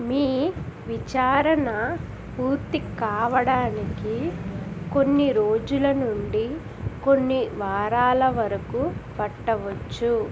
మీ విచారణ పూర్తి కావడానికి కొన్ని రోజుల నుండి కొన్ని వారాల వరకు పట్టవచ్చు